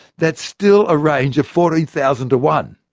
that's still a range of fourteen thousand to one.